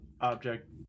object